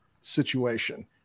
situation